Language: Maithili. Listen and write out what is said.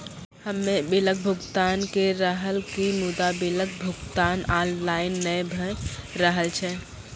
हम्मे बिलक भुगतान के रहल छी मुदा, बिलक भुगतान ऑनलाइन नै भऽ रहल छै?